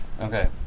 Okay